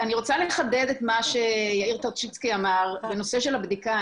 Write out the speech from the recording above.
אני רוצה לחדד מה שיאיר טרצ'יצקי אמר בנושא של הבדיקה.